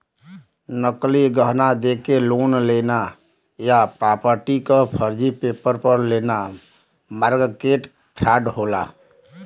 नकली गहना देके लोन लेना या प्रॉपर्टी क फर्जी पेपर पर लेना मोर्टगेज फ्रॉड होला